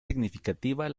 significativa